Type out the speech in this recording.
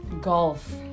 golf